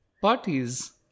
Parties